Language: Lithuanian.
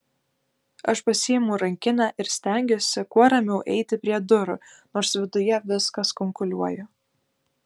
aš pasiimu rankinę ir stengiuosi kuo ramiau eiti prie durų nors viduje viskas kunkuliuoja